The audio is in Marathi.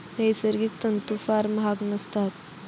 नैसर्गिक तंतू फार महाग नसतात